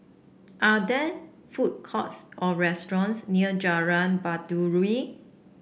are there food courts or restaurants near Jalan Baiduri